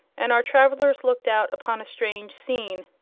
and our travellers looked out upon a strange scene.